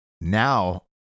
Now